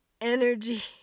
Energy